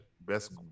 Best